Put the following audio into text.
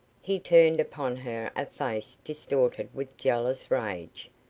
he turned upon her a face distorted with jealous rage,